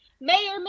mayor